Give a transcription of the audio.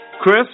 Chris